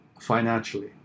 financially